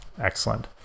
excellent